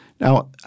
Now